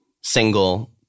single